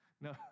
no